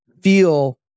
feel